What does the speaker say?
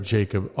Jacob